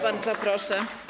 Bardzo proszę.